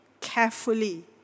carefully